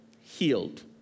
healed